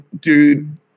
dude